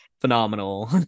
phenomenal